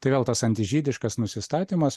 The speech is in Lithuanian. tai vėl tas antižydiškas nusistatymas